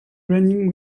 running